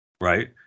Right